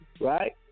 right